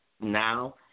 now